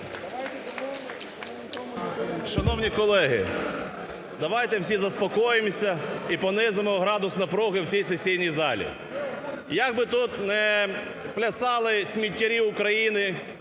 Шановні колеги, давайте всі заспокоїмося і понизимо градус напруги в цій сесійній залі. Як би тут не плясали сміттярі України